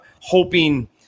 hoping –